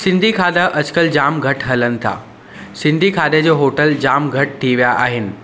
सिंधी खाधा अॼुकल्ह जाम घटि हलनि था सिंधी खाधे जो होटल जाम घटि थी विया आहिनि